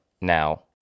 now